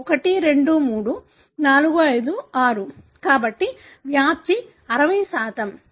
1 2 3 4 5 6 కాబట్టి వ్యాప్తి 60